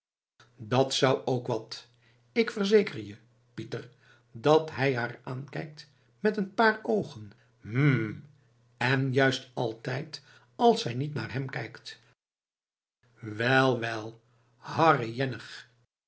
dat zou ook wat ik verzeker je pieter dat hij haar aankijkt met een paar oogen hmmm en juist altijd als zij niet naar hem kijkt wel wel